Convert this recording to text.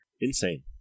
Insane